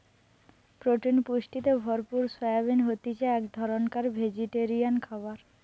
protein পুষ্টিতে ভরপুর soybean হতিছে এক ধরণকার ভেজিটেরিয়ান খাবার